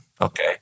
okay